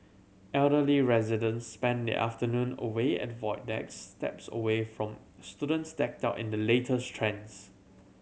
elderly residents spend their afternoon away at void decks steps away from students decked out in the latest trends